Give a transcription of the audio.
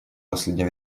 последнее